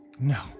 No